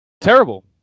Terrible